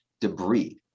debris